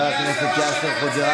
אני אעשה מה שאני רוצה.